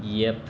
yup